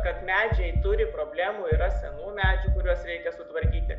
kad medžiai turi problemų yra senų medžių kuriuos reikia sutvarkyti